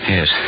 Yes